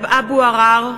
(קוראת בשמות חברי הכנסת)